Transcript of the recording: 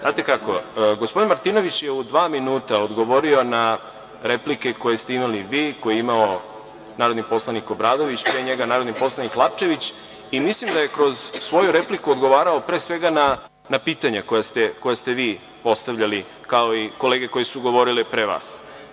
Znate kako, gospodin Martinović je u dva minuta odgovorio na replike koje ste imali vi, koje je imao narodni poslanik Obradović, pre njega narodni poslanik Lapčević i mislim da je kroz svoju repliku odgovarao pre svega na pitanja koja ste vi postavljali, kao i kolege koje su govorile pre vas.